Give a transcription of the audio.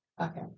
Okay